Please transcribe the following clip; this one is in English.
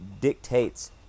dictates